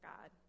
God